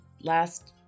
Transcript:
last